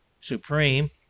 supreme